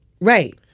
Right